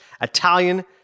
Italian